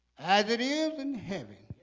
as it is in heaven